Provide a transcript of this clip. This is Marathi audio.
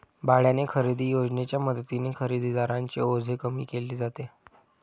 भाड्याने खरेदी योजनेच्या मदतीने खरेदीदारांचे ओझे कमी केले जाते